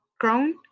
Crown